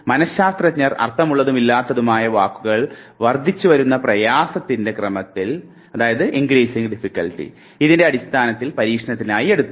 മനഃശാസ്ത്രജ്ഞർ അർത്ഥമുള്ളതും ഇല്ലാത്തതുമായ വാക്കുകൾ വർദ്ധിച്ചുവരുന്ന പ്രയാസത്തിൻറെ ക്രമത്തിൽ പരീക്ഷണത്തിനായി എടുത്തു